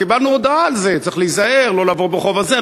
קיבלנו הודעה על זה: צריך להיזהר לא לעבור ברחוב הזה,